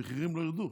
המחירים לא ירדו.